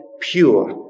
pure